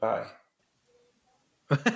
Bye